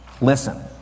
Listen